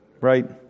Right